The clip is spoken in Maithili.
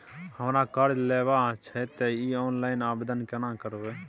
हमरा कर्ज लेबा छै त इ ऑनलाइन आवेदन केना करबै?